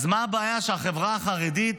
אז מה הבעיה שהחברה החרדית